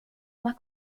más